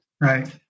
Right